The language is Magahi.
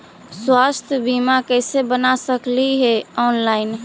स्वास्थ्य बीमा कैसे बना सकली हे ऑनलाइन?